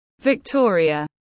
Victoria